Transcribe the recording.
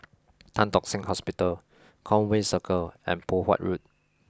Tan Tock Seng Hospital Conway Circle and Poh Huat Road